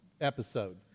episode